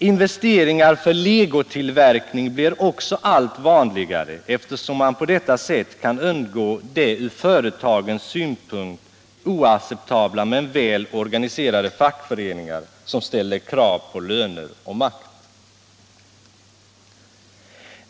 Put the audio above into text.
Investeringar för legotillverkning blir också allt vanligare, eftersom man på detta sätt kan undgå de från företagens synpunkt oacceptabla men väl organiserade fackföreningar som ställer krav på löner och makt.